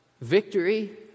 victory